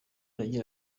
agira